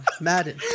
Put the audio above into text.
Madden